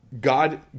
God